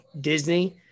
Disney